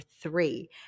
three